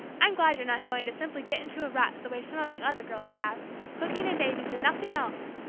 i'm glad you're not going to simply get into a rut the way some of the other girls have cooking and babies and nothing else!